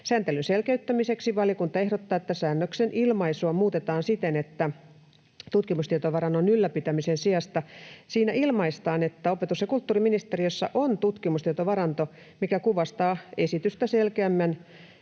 Sääntelyn selkeyttämiseksi valiokunta ehdottaa, että säännöksen ilmaisua muutetaan siten, että tutkimustietovarannon ylläpitämisen sijasta siinä ilmaistaan, että opetus- ja kulttuuriministeriössä on tutkimustietovaranto, mikä kuvastaa esitystä selkeämmin